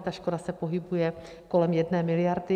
Ta škoda se pohybuje kolem 1 miliardy.